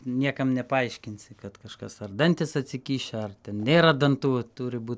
niekam nepaaiškinsi kad kažkas ar dantys atsikišę ar ten nėra dantų turi būt